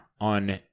on